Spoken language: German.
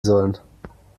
sollen